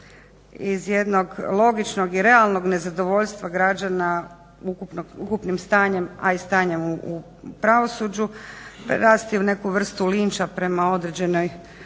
iz jednog logičnog i realnog nezadovoljstva građana ukupnim stanjem, a i stanjem u pravosuđu prerasti u neku vrstu linča prema određenim